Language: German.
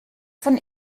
von